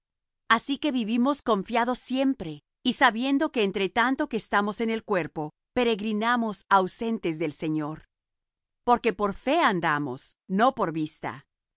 así que vivimos confiados siempre y sabiendo que entre tanto que estamos en el cuerpo peregrinamos ausentes del señor porque por fe andamos no por vista mas confiamos y más